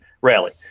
Rally